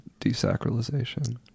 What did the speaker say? desacralization